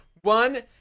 One